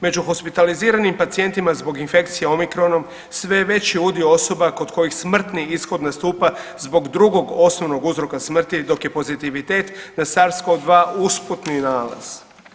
Među hospitaliziranim pacijentima zbog infekcije omicronom sve je veći udio osoba kod kojih smrtni ishod nastupa zbog drugog osnovnog uzroka smrti dok je pozitivitet na SARS COV-2 usputni nalaz.